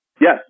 Yes